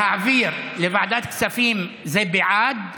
להעביר לוועדת כספים, זה בעד,